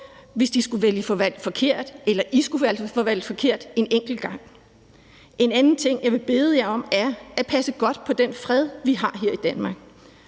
hvis de skulle få valgt forkert eller I skulle få valgt forkert en enkelt gang. En anden ting, jeg vil bede jer om, er at passe godt på den fred, vi har her i Danmark.